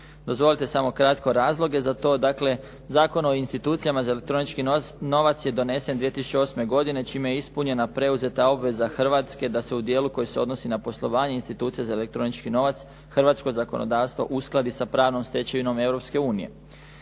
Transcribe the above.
Dozvolite samo kratko razloge za to. Dakle, Zakon o institucijama za elektronički novac je donesen 2008. godine čime je ispunjena preuzeta obveza Hrvatske da se u dijelu koje se odnosi na poslovanje institucija za elektronički novac hrvatsko zakonodavstvo uskladi sa pravnom stečevinom